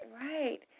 right